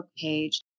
page